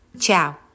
Ciao